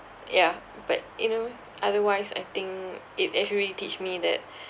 yeah but you know otherwise I think it actually really teach me that